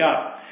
up